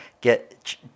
get